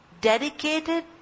dedicated